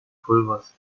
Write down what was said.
pulvers